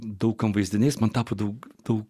daug kam vaizdiniais man tapo daug tų